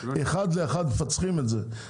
אחד לאחד מפצחים את זה.